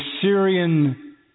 Syrian